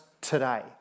today